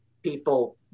people